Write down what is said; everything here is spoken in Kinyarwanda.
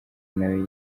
nawe